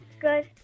Good